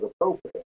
appropriate